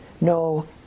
no